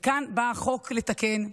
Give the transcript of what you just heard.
וכאן בא החוק לתקן.